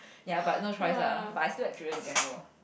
ya but no choice ah but I still like children in general